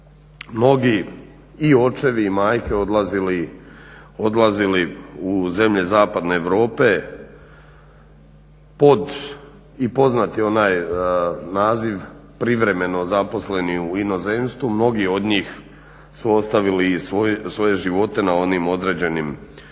Mnogi i očevi i majke odlazili u zemlje Zapadne Europe pod i poznati onaj naziv privremeni zaposleni u inozemstvu. Mnogi od njih su ostavili i svoje živote na onim određenim gradilištima,